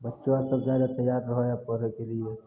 बच्चा आर सभ जाइ लए तैयार रहय हइ पढ़यके लिए